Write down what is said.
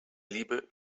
liebe